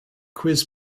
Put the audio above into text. quiz